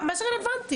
רלוונטית?